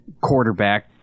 quarterback